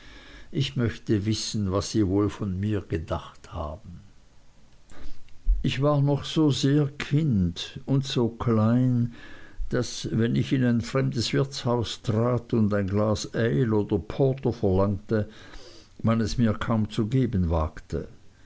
ich möchte wissen was sie wohl von mir gedacht haben ich war noch so sehr kind und so klein daß wenn ich in ein fremdes wirtshaus trat und ein glas ale oder porter verlangte man es mir kaum zu geben wagte